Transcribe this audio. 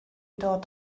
dod